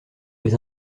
les